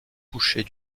coucher